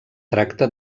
tracta